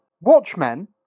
Watchmen